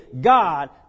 God